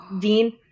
Dean